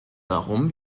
warum